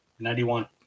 91